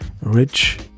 rich